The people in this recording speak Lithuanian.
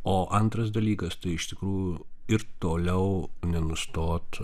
o antras dalykas tai iš tikrųjų ir toliau nenustot